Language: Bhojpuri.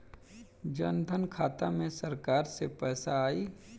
जनधन खाता मे सरकार से पैसा आई?